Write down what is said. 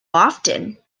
often